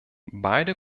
beide